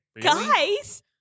guys